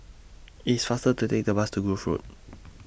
IT IS faster to Take The Bus to Grove Road